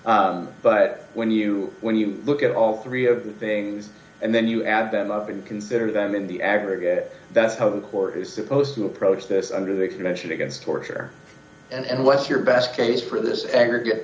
formula but when you when you look at all three of the things and then you add them up and consider them in the aggregate that's how the court is supposed to approach this under the convention against torture and what's your best case for this aggregate